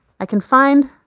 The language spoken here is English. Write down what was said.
i can find